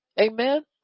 Amen